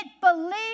believe